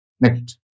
Next